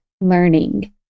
learning